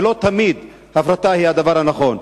ולא תמיד הפרטה היא הדבר הנכון.